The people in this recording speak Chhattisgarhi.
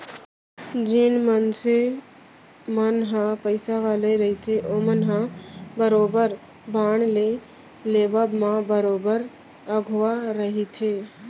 जेन मनसे मन ह पइसा वाले रहिथे ओमन ह बरोबर बांड के लेवब म बरोबर अघुवा रहिथे